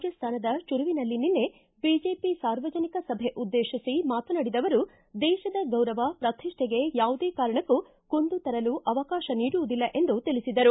ರಾಜಸ್ಥಾನದ ಚುರುವಿನಲ್ಲಿ ನಿನ್ನೆ ಬಿಜೆಪಿ ಸಾರ್ವಜನಿಕ ಸಭೆ ಉದ್ನೇತಿಸಿ ಮಾತನಾಡಿದ ಅವರು ದೇಶದ ಗೌರವ ಪ್ರತಿಷ್ಠೆಗೆ ಯಾವುದೇ ಕಾರಣಕ್ಕೂ ಕುಂದು ತರಲು ಅವಕಾಶ ನೀಡುವುದಿಲ್ಲ ಎಂದು ತಿಳಿಸಿದರು